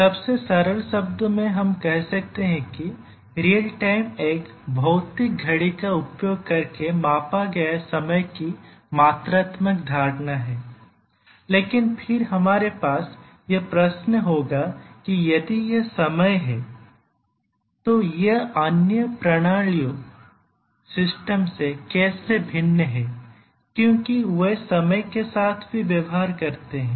सबसे सरल शब्द में हम कह सकते हैं कि रियल टाइम एक भौतिक घड़ी का उपयोग करके मापा गया समय की मात्रात्मक धारणा है लेकिन फिर हमारे पास यह प्रश्न होगा कि यदि यह समय है तो यह अन्य प्रणालियों से कैसे भिन्न है क्योंकि वे समय के साथ भी व्यवहार करते हैं